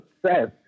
success